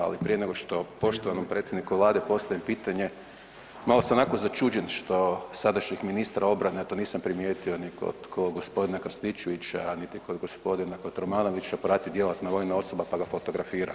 Ali prije nego što poštovanom predsjedniku Vlade postavim pitanje malo sam onako začuđen što sadašnjeg ministra obrane, a to nisam primijetio ni kod g. Krstičevića, niti kog g. Kotromanovića prati djelatna vojna osoba pa ga fotografira.